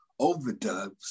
overdubs